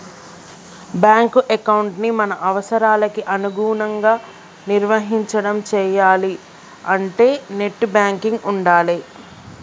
bank ఎకౌంటుని మన అవసరాలకి అనుగుణంగా నిర్వహించడం చెయ్యాలే అంటే నెట్ బ్యాంకింగ్ ఉండాలే